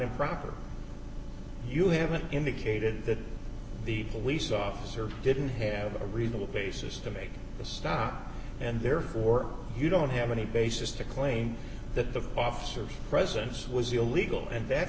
improper you haven't indicated that the police officer didn't have a reasonable basis to make the stop and therefore you don't have any basis to claim that the officers presence was illegal and that